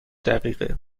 دقیقه